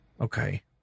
Okay